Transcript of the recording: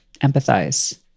empathize